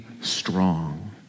strong